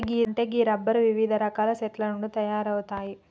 అంటే గీ రబ్బరు వివిధ రకాల చెట్ల నుండి తయారవుతాయి